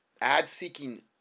Ad-seeking